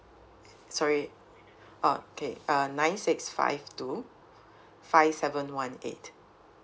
sorry oh K uh nine six five two five seven one eight